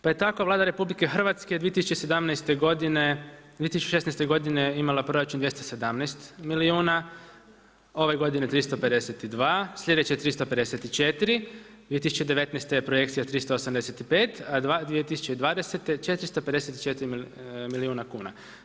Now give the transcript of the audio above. Pa je tako Vlada RH 2017. godine, 2016. godine imala proračun 217 milijuna, ove godine 352, sljedeće 354, 2019. je projekcija 385, a 2020. 454 milijuna kuna.